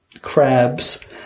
crabs